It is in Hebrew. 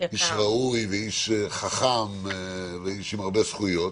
-- איש ראוי, איש חכם ואיש עם הרבה זכויות,